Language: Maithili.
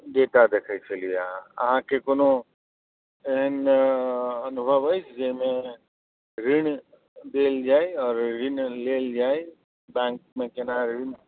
डेटा देखै छलिए अहाँ अहाँके कोनो एहन अनुभव अइ जाहिमे ऋण देल जाइ आओर ऋण लेल जाइ बैंकमे कोना ऋण